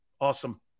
Awesome